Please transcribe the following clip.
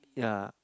ya